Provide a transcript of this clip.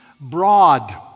broad